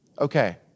Okay